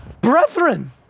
brethren